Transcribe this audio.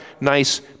nice